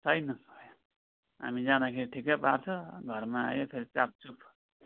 छैन हामी जाँदाखेरि ठिकै पार्छ घरमा आयो फेरि चापचुप